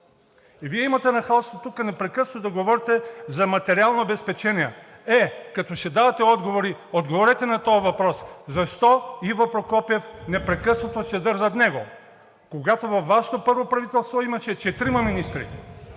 Вие имате нахалството тук непрекъснато да говорите за материални обезпечения! Е, като ще давате отговори, отговорете на този въпрос: защо зад Иво Прокопиев непрекъснато има чадър, когато във Вашето първо правителство имаше четирима министри,